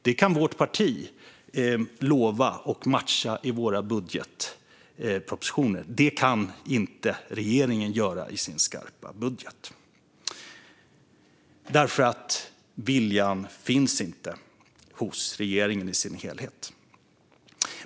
Det kan vårt parti lova och matcha i våra budgetmotioner. Men det kan inte regeringen göra i sin skarpa budget, för viljan finns inte hos regeringen i dess helhet.